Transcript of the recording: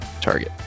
target